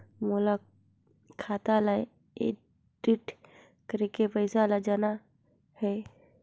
मोला खाता ला एंट्री करेके पइसा ला जान हे?